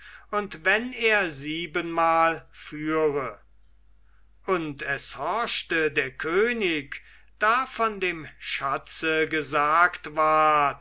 und wenn er siebenmal führe und es horchte der könig da von dem schatze gesagt ward